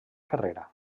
carrera